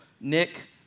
Nick